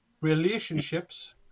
relationships